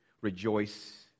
rejoice